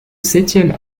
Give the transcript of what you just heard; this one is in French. septième